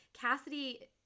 Cassidy